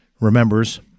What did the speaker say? remembers